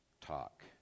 talk